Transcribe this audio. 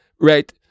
Right